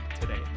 today